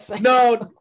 No